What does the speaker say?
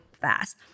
fast